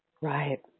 Right